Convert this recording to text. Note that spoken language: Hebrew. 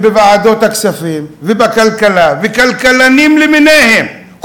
בוועדת הכספים ובוועדת הכלכלה ועם כלכלנים למיניהם,